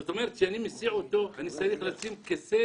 זאת אומרת, כשאני מסיע אותו, אני צריך לשים כיסא